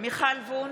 מיכל וונש,